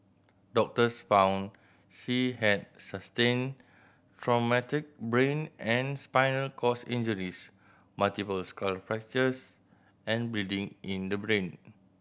doctors found she had sustained traumatic brain and spinal cord injuries multiple skull fractures and bleeding in the brain